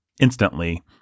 instantly